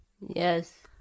Yes